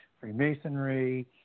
Freemasonry